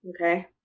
Okay